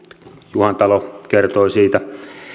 juhantalo kertoi siitä